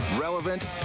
Relevant